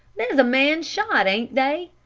there's a man shot, ain't they?